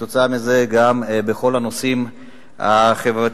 וכתוצאה מזה, גם בכל הנושאים החברתיים.